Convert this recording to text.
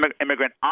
immigrant